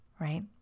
right